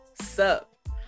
sup